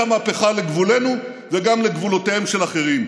המהפכה לגבולנו וגם לגבולותיהם של אחרים.